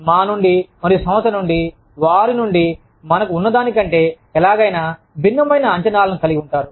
మా నుండి మరియు సంస్థ నుండి వారి నుండి మనకు ఉన్నదానికంటే ఎలాగైనా భిన్నమైన అంచనాలను కలిగి ఉంటారు